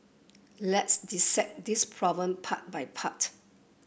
let's dissect this problem part by part